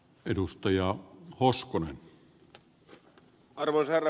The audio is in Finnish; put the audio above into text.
arvoisa herra puhemies